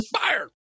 Fire